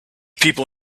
people